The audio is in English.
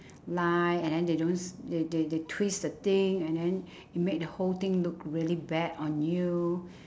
lie and then they don't s~ they they they twist the thing and then you make the whole thing look really bad on you